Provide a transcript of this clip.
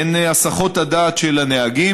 היא הסחות הדעת של הנהגים,